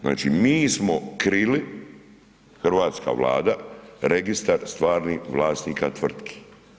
Znači, mi smo krili, Hrvatska vlada registar stvarnih vlasnika tvrtki.